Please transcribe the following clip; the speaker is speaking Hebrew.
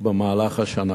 ובמהלך השנה.